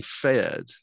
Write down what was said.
fed